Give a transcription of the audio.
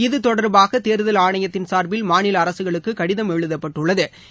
இது தொடர்பாக தேர்தல் ஆணையத்தின் சார்பில் மாநில அரசுகளுக்கு கடிதம் எழுதப்பட்டுளள்து